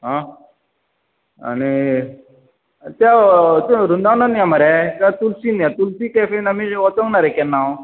आं आनी ते हातून वृंदावनान या मरे काय तुलसीन या तुलसी कॅफेन आमी वचूंक ना रे केन्ना हांव